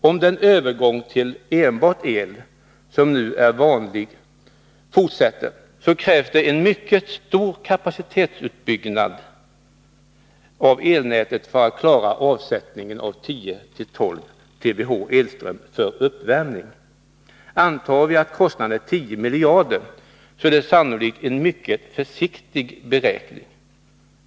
Om den övergång till enbart el som nu är vanlig fortsätter, krävs en mycket stor kapacitetsutbyggnad av elnätet för att klara avsättningen av 10 å 12 TWh elström för uppvärmning. Antar vi att kostnaden är 10 miljarder, är det sannolikt en mycket försiktig beräkning.